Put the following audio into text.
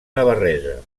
navarresa